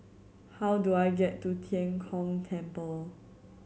how do I get to Tian Kong Temple